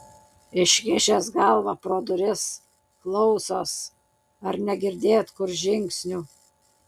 iškišęs galvą pro duris klausos ar negirdėt kur žingsnių